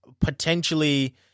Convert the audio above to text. potentially